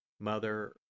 Mother